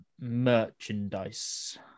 merchandise